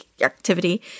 activity